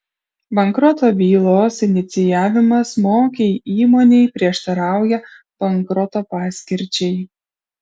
bankroto bylos inicijavimas mokiai įmonei prieštarauja bankroto paskirčiai